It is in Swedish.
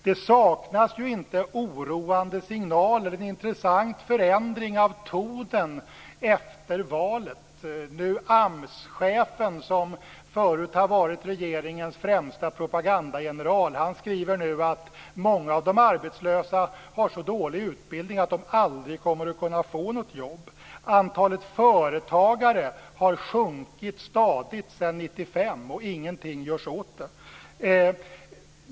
Det saknas ju inte oroande signaler. Det har skett en intressant förändring av tonen efter valet. AMS chefen, som tidigare har varit regeringens främsta propagandageneral, skriver nu att många av de arbetslösa har så dålig utbildning att de aldrig kommer att kunna få något jobb. Antalet företagare har sjunkit stadigt sedan 1995, och det görs ingenting åt detta.